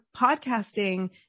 podcasting